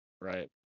Right